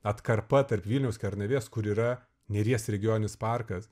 atkarpa tarp vilniaus kernavės kur yra neries regioninis parkas